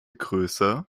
größe